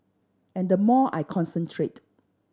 and the more I concentrate